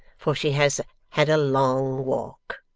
for she has had a long walk.